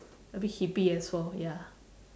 a bit hippy as well